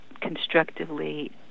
constructively